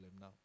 now